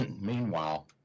Meanwhile